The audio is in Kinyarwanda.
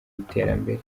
iterambere